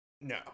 no